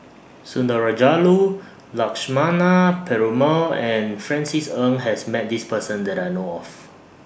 Sundarajulu Lakshmana Perumal and Francis Ng has Met This Person that I know of